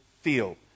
feel